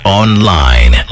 online